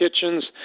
kitchens